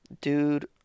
dude